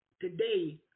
today